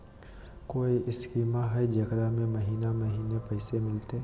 कोइ स्कीमा हय, जेकरा में महीने महीने पैसा मिलते?